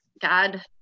God